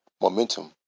momentum